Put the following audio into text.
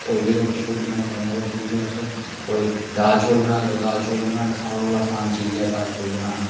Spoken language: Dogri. होर बी रोटी शोटी बनाई सकने रोटी बिच्च तुस कोई दाल चौल बना लैओ दाल चौल बनाना सारें कोला असान चीज़ ऐ दाल चौल बनाना